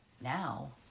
now